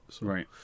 right